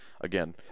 Again